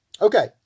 Okay